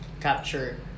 capture